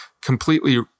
completely